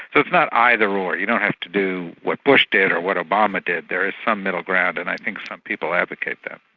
so it's not either or, you don't have to do what bush did or what obama did, there is some middle ground, and i think some people advocate that.